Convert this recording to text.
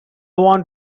want